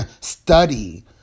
study